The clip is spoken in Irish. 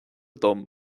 dom